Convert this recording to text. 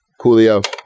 Coolio